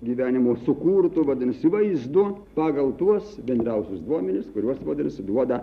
gyvenimo sukurto vadinasi vaizdo pagal tuos bendriausius duomenis kuriuos vadinasi duoda